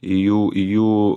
į jų į jų